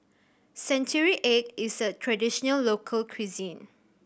century egg is a traditional local cuisine